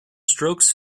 strokes